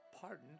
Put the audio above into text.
pardoned